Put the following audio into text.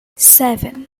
seven